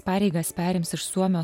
pareigas perims iš suomio